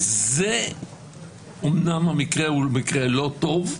זה אומנם מקרה לא טוב,